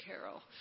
carol